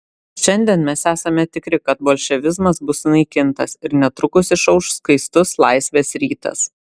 šiandien mes esame tikri kad bolševizmas bus sunaikintas ir netrukus išauš skaistus laisvės rytas